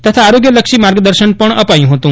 તથા આરોગ્યલક્ષી માર્ગદર્શન અપાયું હતું